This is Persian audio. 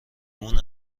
اون